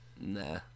Nah